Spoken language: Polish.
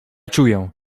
czuję